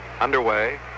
underway